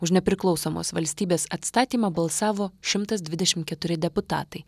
už nepriklausomos valstybės atstatymą balsavo šimtas dvidešimt keturi deputatai